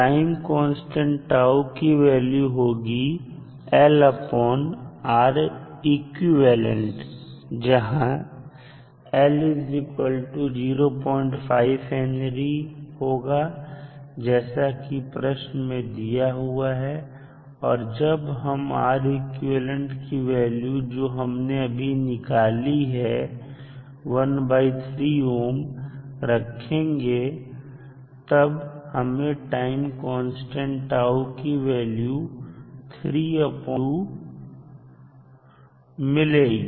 time constant की value होगी LRequ जहां L05 H होगा जैसा कि प्रश्न में दिया हुआ है और जब हम R equ की वैल्यू जो हमने अभी निकाली है ⅓ ohm रखेंगे तब हमें टाइम कांस्टेंटकी वैल्यू 32 sec मिलेगी